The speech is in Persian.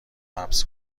حبس